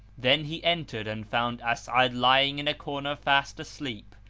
then he entered and found as'ad lying in a corner fast asleep,